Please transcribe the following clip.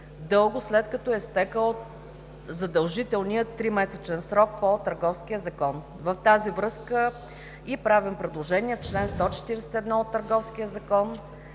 дълго след като е изтекъл задължителният тримесечен срок по Търговския закон. В тази връзка правим и предложение в чл. 141 от Търговския закон,